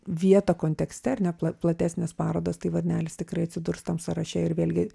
vietą kontekste ar ne pla platesnės parodos tai varnelis tikrai atsidurs tam sąraše ir vėlgi